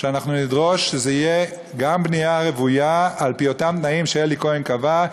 שאנחנו נדרוש שזה יהיה גם בנייה רוויה על-פי אותם תנאים שאלי כהן קבע.